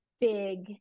big